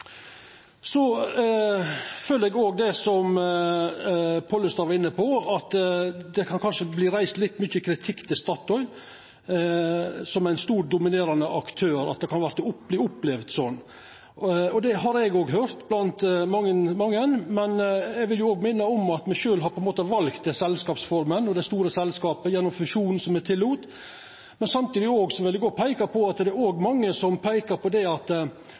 føler òg det som Pollestad var inne på, at det kanskje vert reist litt mykje kritikk mot Statoil, som ein stor, dominerande aktør. At det kan verta opplevd slik, har eg òg høyrt av mange. Men eg vil minna om at me sjølve har valt denne selskapsforma og dette store selskapet – gjennom fusjonen som me tillét. Samtidig vil eg òg peika på det som mange peikar på, at me må jobba for eit større mangfald ute på